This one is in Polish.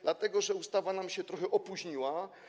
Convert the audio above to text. Dlatego że ustawa nam się trochę opóźniła.